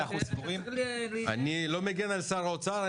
אתה צריך --- אני לא מגן על שר האוצר,